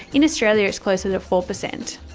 in australia it's closer to four percent.